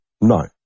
No